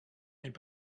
n’est